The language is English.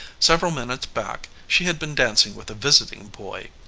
several minutes back she had been dancing with a visiting boy,